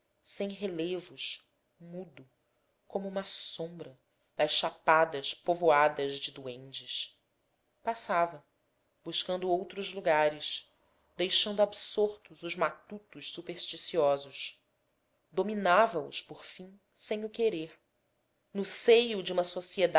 sem relevos mudo como uma sombra das chapadas povoadas de duendes passava buscando outros lugares deixando absortos os matutos supersticiosos dominava os por fim sem o querer no seio de uma